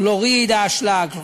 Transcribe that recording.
כלוריד האשלג,